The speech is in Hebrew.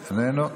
איננו,